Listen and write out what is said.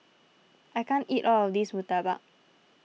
I can't eat all of this Murtabak